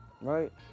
right